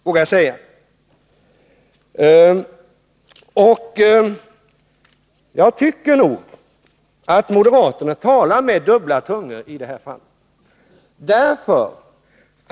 Jag måste säga att jag tycker att moderaterna talar med dubbel tunga i det här fallet.